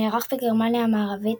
שנערך בגרמניה המערבית,